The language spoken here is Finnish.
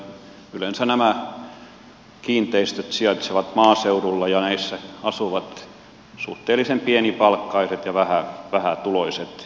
yleensä nämä kiinteistöt sijaitsevat maaseudulla ja näissä asuvat suhteellisen pienipalkkaiset ja vähätuloiset ihmiset